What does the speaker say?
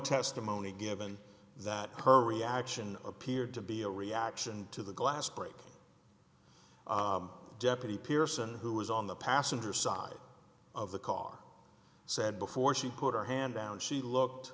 testimony given that her reaction appeared to be a reaction to the glass breaking deputy pearson who was on the passenger side of the car said before she put her hand down she looked